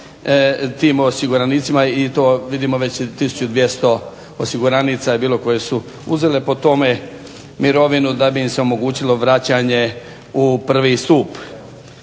tim osiguranicima i to vidimo već 1200 osiguranica je bilo koje su uzele po tome mirovinu da bi im se omogućilo vraćanje u prvi stup.